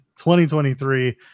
2023